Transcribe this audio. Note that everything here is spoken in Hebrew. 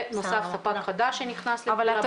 ונוסף ספק חדש שנכנס לפעולה בעוד יומיים.